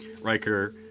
Riker